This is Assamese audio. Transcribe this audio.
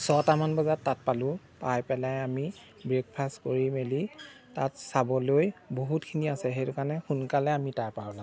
ছটামান বজাত তাত পালোঁ পাই পেলাই আমি ব্ৰেকফাষ্ট কৰি মেলি তাত চাবলৈ বহুতখিনি আছে সেইটো কাৰণে সোনকালে আমি তাৰপৰা ওলালোঁ